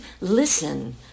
listen